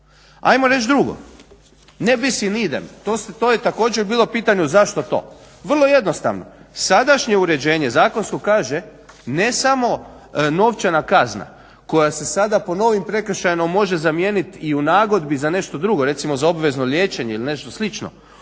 Ajmo reći drugo. …/Ne razumije se./…, to je također bilo pitanje zašto to? Vrlo jednostavno. Sadašnje uređenje zakonsko kaže ne samo novčana kazna koja se sada po novim prekršajno može zamijeniti i u nagodbi za nešto drugo, recimo za obvezno liječenje ili nešto slično,